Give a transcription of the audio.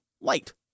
light